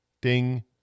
ding